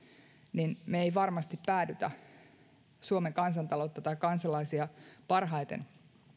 me emme varmasti päädy suomen kansantaloutta tai kansalaisia parhaiten